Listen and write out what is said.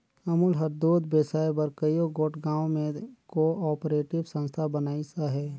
अमूल हर दूद बेसाए बर कइयो गोट गाँव में को आपरेटिव संस्था बनाइस अहे